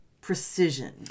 precision